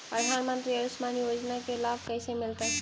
प्रधानमंत्री के आयुषमान योजना के लाभ कैसे मिलतै?